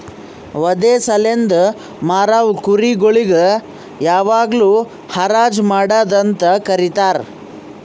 ವಧೆ ಸಲೆಂದ್ ಮಾರವು ಕುರಿ ಗೊಳಿಗ್ ಯಾವಾಗ್ಲೂ ಹರಾಜ್ ಮಾಡದ್ ಅಂತ ಕರೀತಾರ